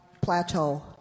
plateau